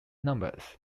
numbers